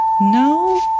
No